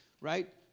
right